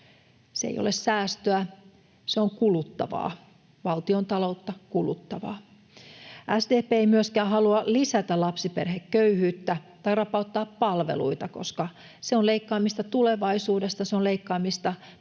Se ei ole säästöä, se on kuluttavaa, valtiontaloutta kuluttavaa. SDP ei myöskään halua lisätä lapsiperheköyhyyttä tai rapauttaa palveluita, koska se on leikkaamista tulevaisuudesta, se on leikkaamista meidän